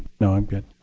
no, i'm good.